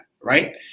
right